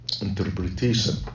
interpretation